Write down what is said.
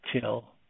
till